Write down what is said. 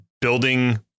building